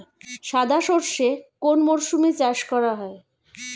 সাদা সর্ষে কোন মরশুমে চাষ করা হয়?